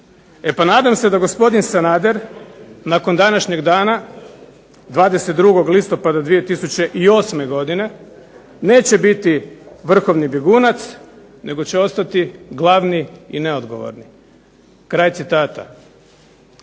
E pa nadam se da gospodin Sanader nakon današnjeg dana 22. listopada 2008. godine neće biti vrhovni bjegunac nego će ostati glavni i neodgovorni." To